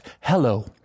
hello